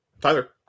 Tyler